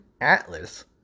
Atlas